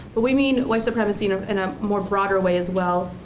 but we mean white supremacy you know in a more broader way as well,